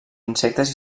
insectes